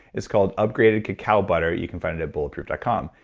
it's called upgraded cacao butter. you can find it at bulletproof dot com.